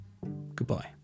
goodbye